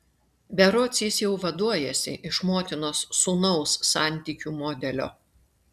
berods jis jau vaduojasi iš motinos sūnaus santykių modelio